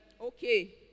Okay